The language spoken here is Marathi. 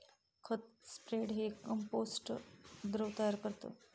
खत स्प्रेडर हे कंपोस्ट द्रव तयार करतं